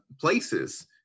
places